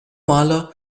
maler